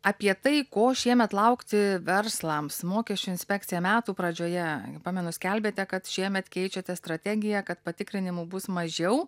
apie tai ko šiemet laukti verslams mokesčių inspekcija metų pradžioje pamenu skelbėte kad šiemet keičiate strategiją kad patikrinimų bus mažiau